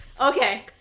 Okay